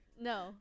No